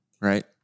right